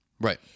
Right